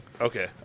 Okay